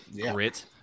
grit